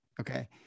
Okay